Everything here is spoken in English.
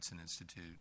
Institute